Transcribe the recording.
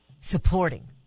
supporting